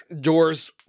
Doors